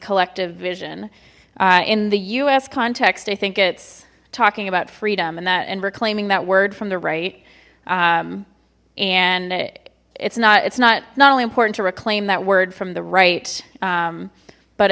collective vision in the u s context i think it's talking about freedom and that and reclaiming that word from the right and it's not it's not not only important to reclaim that word from the right